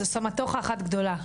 זה סמטוחה אחת גדולה,